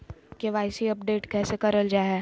KYC update कैसे करल जाहै?